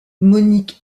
monique